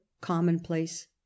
commonplace